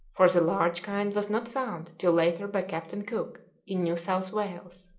for the large kind was not found till later by captain cook in new south wales.